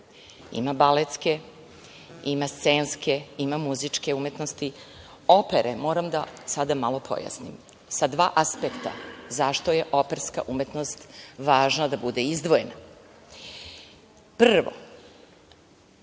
Ima baletske, ima scenske, ima muzičke umetnosti. Moram sada malo da pojasnim, sa dva aspekta, zašto je operska umetnost važna da bude izdvojena. Prvo,